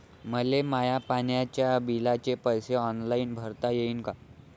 मले माया पाण्याच्या बिलाचे पैसे ऑनलाईन भरता येईन का?